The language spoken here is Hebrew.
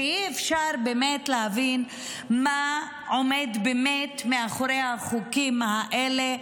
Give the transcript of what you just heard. ואי-אפשר באמת להבין מה עומד באמת מאחורי החוקים האלה,